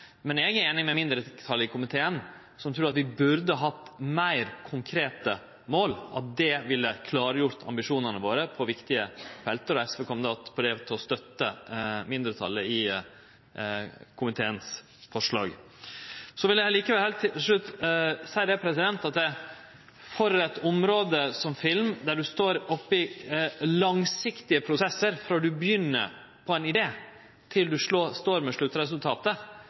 burde hatt meir konkrete mål, og at det ville gjort ambisjonane våre klarare på viktige felt. SV kjem til å støtte forslaget frå mindretalet i komiteen på det. Likevel vil eg heilt til slutt seie at for eit område som film, der ein står oppe i langsiktige prosessar, frå ein begynner på ein idé og til ein står med sluttresultatet,